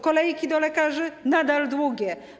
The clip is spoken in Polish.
Kolejki do lekarzy - nadal długie.